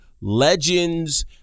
legends